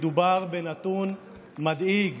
מדובר בנתון מדאיג